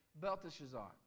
Belteshazzar